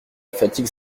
fatigue